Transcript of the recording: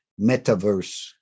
metaverse